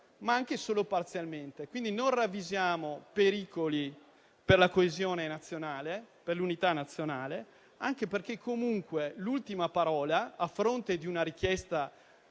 anche solo parziale. Quindi non ravvisiamo pericoli per la coesione e l'unità nazionale, anche perché comunque l'ultima parola, a fronte della richiesta